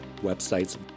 websites